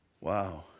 Wow